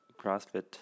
CrossFit